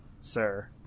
sir